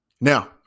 Now